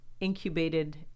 incubated